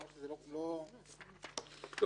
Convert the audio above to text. בקיצור,